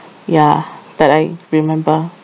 ya that I remember